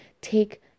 take